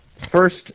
first